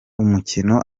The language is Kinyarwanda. umukino